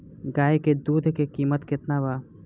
गाय के दूध के कीमत केतना बा?